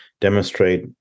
demonstrate